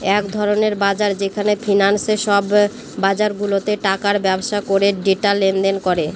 এক ধরনের বাজার যেখানে ফিন্যান্সে সব বাজারগুলাতে টাকার ব্যবসা করে ডেটা লেনদেন করে